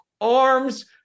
arms